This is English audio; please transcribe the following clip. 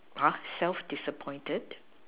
!huh! self disappointed